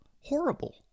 Horrible